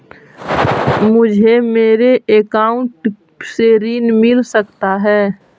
मुझे मेरे अकाउंट से ऋण मिल सकता है?